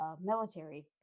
military